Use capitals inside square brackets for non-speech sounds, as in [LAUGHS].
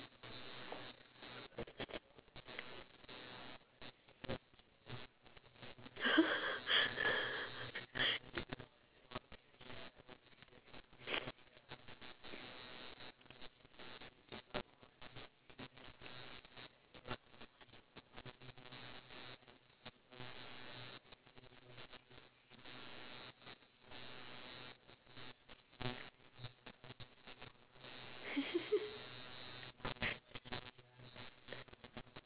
[NOISE] [LAUGHS]